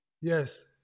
Yes